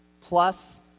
plus